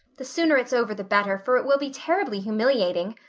the sooner it's over the better, for it will be terribly humiliating.